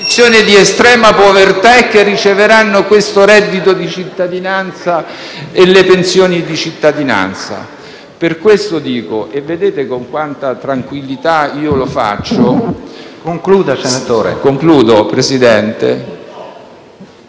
di estrema povertà, che riceveranno il reddito di cittadinanza e le pensioni di cittadinanza. Per questo dico, e vedete con quanta tranquillità lo faccio... PRESIDENTE.